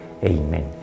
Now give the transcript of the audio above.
Amen